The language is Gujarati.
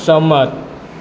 સંમત